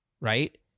right